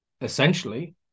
essentially